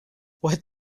what